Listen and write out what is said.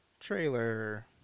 Trailer